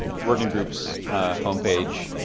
working group's homepage,